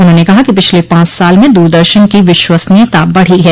उन्होंने कहा कि पिछले पांच साल में दूरदर्शन को विश्वसनीयता बढ़ी है